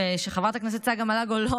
שחברת הכנסת צגה מלקו,